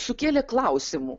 sukėlė klausimų